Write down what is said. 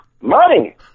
Money